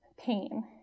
pain